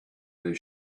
their